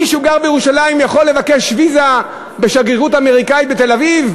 מי שגר בירושלים יכול לבקש ויזה בשגרירות האמריקנית בתל-אביב?